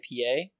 IPA